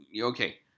Okay